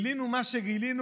גילינו מה שגילינו